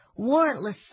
Warrantless